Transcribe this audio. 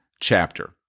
chapter